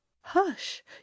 Hush